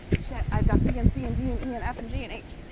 shit. i've got b and c and de and e and f and g and h.